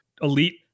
elite